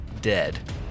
dead